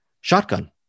shotgun